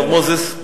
הרב מוזס.